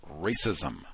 racism